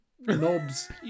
knobs